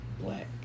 black